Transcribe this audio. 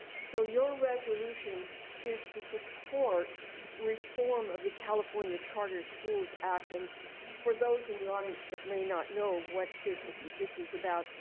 so your resolution is to support reform of the california charter schools act and for those in the audience that may not know what this is is about,